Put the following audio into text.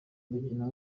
umukino